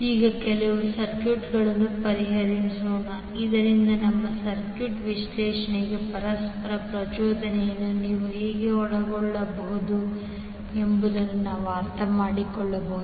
ಈಗ ಕೆಲವು ಸರ್ಕ್ಯೂಟ್ಗಳನ್ನು ಪರಿಹರಿಸೋಣ ಇದರಿಂದ ನಮ್ಮ ಸರ್ಕ್ಯೂಟ್ ವಿಶ್ಲೇಷಣೆಗಳಲ್ಲಿ ಪರಸ್ಪರ ಪ್ರಚೋದನೆಯನ್ನು ನೀವು ಹೇಗೆ ಒಳಗೊಳ್ಳಬಹುದು ಎಂಬುದನ್ನು ನಾವು ಅರ್ಥಮಾಡಿಕೊಳ್ಳಬಹುದು